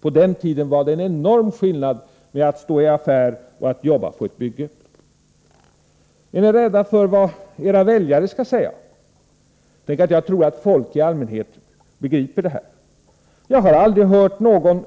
På den:tiden var, det enorm.skillnad mellan att stå i affär och att Är ni rädda för vad era väljare skall säga? Tänk att jag tror att folk i allmänhet begriper det här. Jag har äldrig hört någon